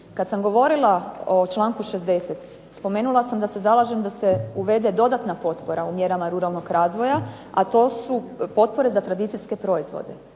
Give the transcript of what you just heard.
Kad sam govorila o članku 60., spomenula sam da se zalažem da se uvede dodatna potpora u mjerama ruralnog razvoja, a to su potpore za tradicijske proizvode,